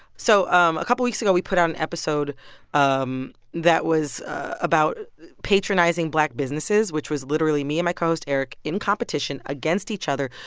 so um a couple weeks ago, we put out an episode um that was about patronizing black businesses, which was literally me and my co-host eric in competition against each other,